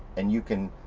and you can,